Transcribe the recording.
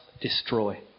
destroy